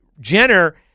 Jenner